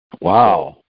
Wow